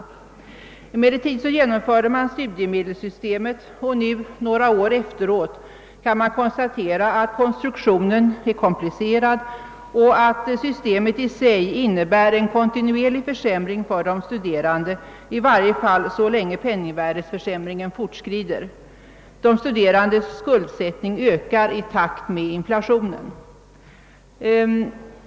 Det nuvarande studiemedelssystemet genomfördes emellertid och nu, några år senare, kan det konstateras att dess konstruktion är komplicerad och att systemet i sig innebär en kontinuerlig försämring för de studerande, i varje fall så länge penningvärdeförsämringen fortskrider. De studerandes skuldsättning ökar i takt med inflationen.